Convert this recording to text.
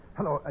Hello